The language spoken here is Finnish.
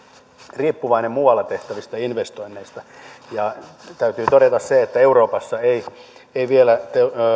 riippuvainen muualla tehtävistä investoinneista täytyy todeta se että euroopassa eivät vielä